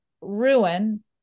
ruin